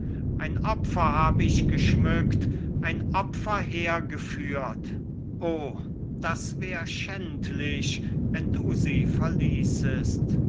ein opfer hab ich geschmückt ein opfer hergeführt o das wär schändlich wenn du sie verließest